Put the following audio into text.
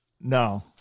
No